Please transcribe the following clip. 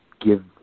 give